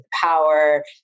power